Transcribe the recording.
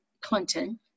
Clinton